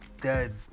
dead